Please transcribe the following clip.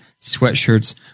sweatshirts